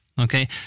okay